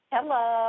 Hello